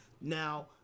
Now